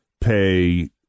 pay